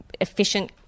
efficient